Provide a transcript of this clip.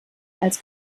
als